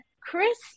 Chris